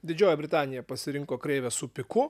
didžioji britanija pasirinko kreivę su piku